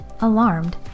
Alarmed